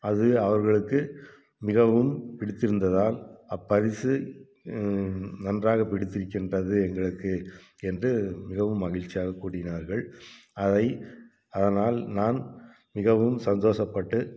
அது அவர்களுக்கு மிகவும் பிடித்திருந்ததால் அப்பரிசு நன்றாகப் பிடித்திருக்கின்றது எங்களுக்கு என்று மிகவும் மகிழ்ச்சியாக கூறினார்கள் அதை அதனால் நான் மிகவும் சந்தோஷப்பட்டு